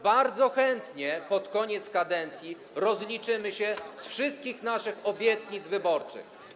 Bardzo chętnie pod koniec kadencji rozliczymy się z wszystkich naszych obietnic wyborczych.